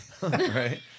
right